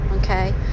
Okay